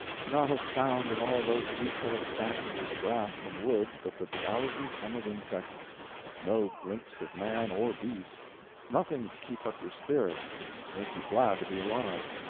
not a sound in all those peaceful expanses of grass and woods but the drowsy hum of insects no glimpse of man or beast nothing to keep up your spirits and make you glad to be alive.